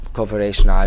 Cooperation